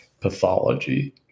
pathology